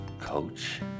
coach